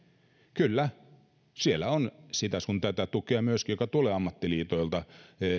kyllä siellä on sitä sun tätä tukea joka tulee ammattiliitoilta